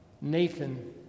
Nathan